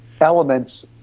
elements